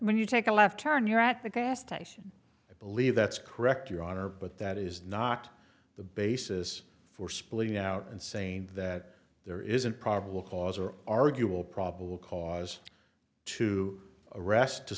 when you take a left turn you're at the gas station i believe that's correct your honor but that is not the basis for splitting out and saying that there isn't probable cause or arguable probable cause to arrest to